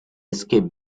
escape